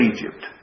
Egypt